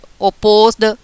opposed